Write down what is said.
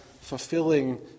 fulfilling